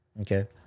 okay